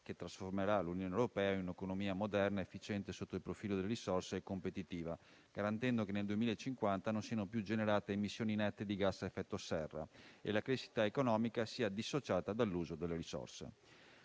che trasformerà l'Unione in un'economia moderna, efficiente sotto il profilo delle risorse e competitiva, garantendo che nel 2050 non siano più generate emissioni nette di gas a effetto serra e che la crescita economica sia dissociata dall'uso delle risorse.